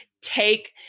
take